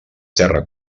terra